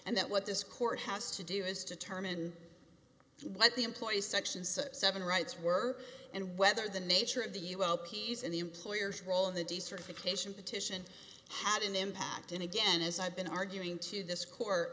and that what this court has to do is to turman what the employees sections seven rights were and whether the nature of the euro piece in the employer's role in the decertification petition had an impact and again as i've been arguing to this court